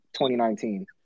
2019